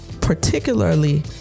particularly